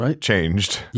changed